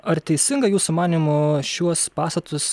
ar teisinga jūsų manymu šiuos pastatus